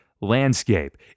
landscape